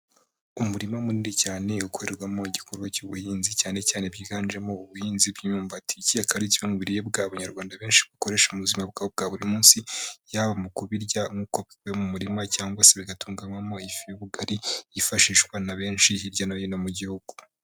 Umurima munini cyane ukorerwamo igikorwa cy'ubuhinzi cyane cyane bwiganjemo ubuhinzi bw'imyumbati, iki akaba ari kimwe mu biribwa Abanyarwanda benshi bakoresha mu buzima bwawo bwa buri munsi, yaba mu kubirya nk'uko bikuwe mu murima, cyangwa se bigatunganywamo ifu y'ubugari yifashishwa na benshi hirya no hino mu gihugu.